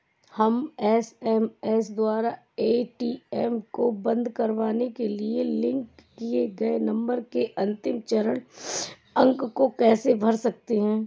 हम एस.एम.एस द्वारा ए.टी.एम को बंद करवाने के लिए लिंक किए गए नंबर के अंतिम चार अंक को कैसे भर सकते हैं?